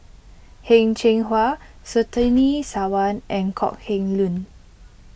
Heng Cheng Hwa Surtini Sarwan and Kok Heng Leun